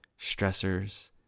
stressors